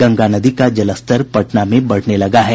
गंगा नदी का जलस्तर पटना में बढ़ने लगा है